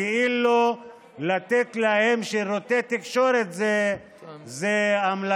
כאילו לתת להם שירותי תקשורת זה המלצה,